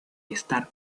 estar